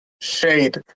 shade